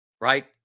Right